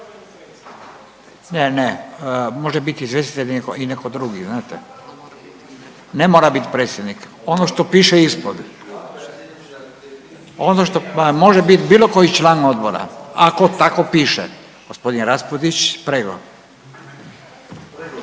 Ne, ne, može biti izvjestitelj i neko drugi znate, ne mora bit predsjednik, ono što piše ispod, ono što, može bit bilo koji član odbora ako tako piše. Gospodin Raspudić